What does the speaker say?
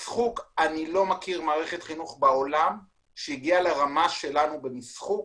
אני לא מכיר מערכת חינוך בעולם שהגיעה לרמה שלנו במשחוק.